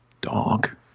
dog